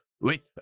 oui